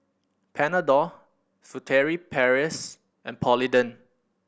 Panadol Furtere Paris and Polident